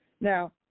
Now